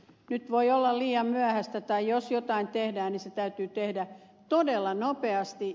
nyt voi olla liian myöhäistä tai jos jotain tehdään se täytyy tehdä todella nopeasti